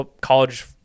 college